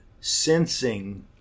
sensing